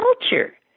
culture